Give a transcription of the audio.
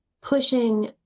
pushing